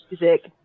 music